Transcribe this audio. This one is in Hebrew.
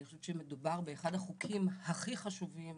אני חושבת שמדובר באחד החוקים הכי חשובים